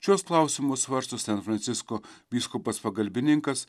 šiuos klausimus svarsto san francisko vyskupas pagalbininkas